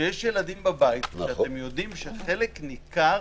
כשיש ילדים בבית, כשאתם יודעים שחלק ניכר